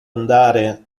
andare